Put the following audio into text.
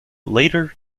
later